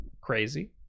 crazy